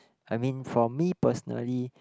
I mean for me personally